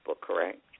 correct